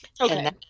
Okay